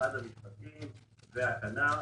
משרד המשפטים והכנ"ר,